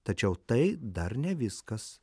tačiau tai dar ne viskas